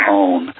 own